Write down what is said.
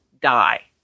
die